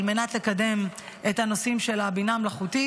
על מנת לקדם את הנושאים של הבינה המלאכותית.